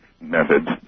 methods